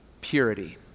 purity